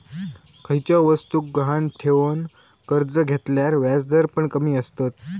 खयच्या वस्तुक गहाण ठेवन कर्ज घेतल्यार व्याजदर पण कमी आसतत